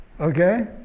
okay